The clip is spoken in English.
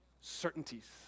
certainties